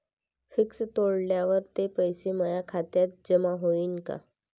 Fix तोडल्यावर ते पैसे माया खात्यात जमा होईनं का?